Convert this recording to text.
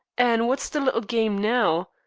an' what's the little game now?